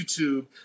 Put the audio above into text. YouTube